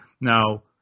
Now